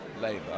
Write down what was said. Labour